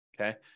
okay